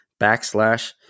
backslash